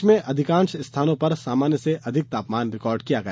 प्रदेश में अधिकांश स्थानों पर सामान्य से अधिक तापमान रिकार्ड किया गया